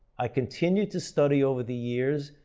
i continued to study over the years,